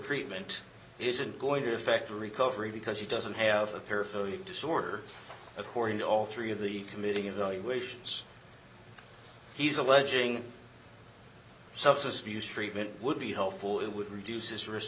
treatment isn't going to affect recovery because he doesn't have a perfect disorder according to all three of the committee evaluations he's alleging subsystem use treatment would be helpful it would reduce his wrists